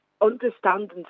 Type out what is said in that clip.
understanding